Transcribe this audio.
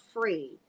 free